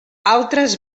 altres